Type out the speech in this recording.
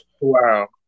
Wow